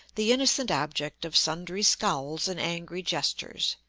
the innocent object of sundry scowls and angry gestures.